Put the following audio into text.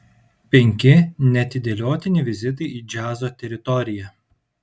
penki neatidėliotini vizitai į džiazo teritoriją